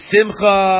Simcha